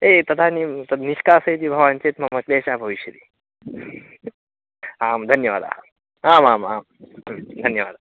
ए तदानीं तद् निष्कासयति भवान् चेत् मम क्लेशः भविष्यति आम् धन्यवादः आमामाम् द् धन्यवादः